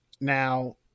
Now